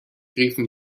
riefen